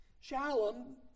Shalom